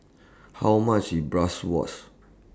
How much IS Bratwurst